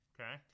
Okay